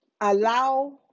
allow